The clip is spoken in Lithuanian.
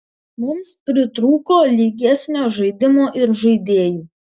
mums pritrūko lygesnio žaidimo ir žaidėjų